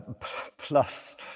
plus